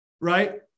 right